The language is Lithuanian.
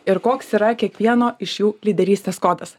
ir koks yra kiekvieno iš jų lyderystės kodas